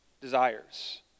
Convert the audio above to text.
desires